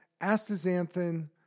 astaxanthin